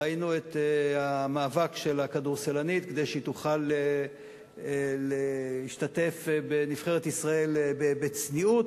ראינו את המאבק של הכדורסלנית כדי שתוכל להשתתף בנבחרת ישראל בצניעות,